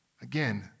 Again